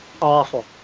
Awful